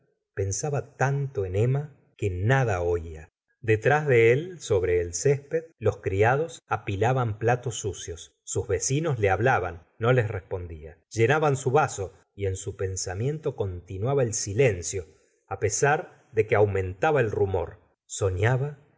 pensaba tanto en emma que nada oía detrés de él sobre el césped los criados apilaban platos sucios sus vecinos le hablaban no les respondía llenaban su vaso y en su pensamiento continuaba el silencio á pesar de que aumentaba el rumor soñaba